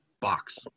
box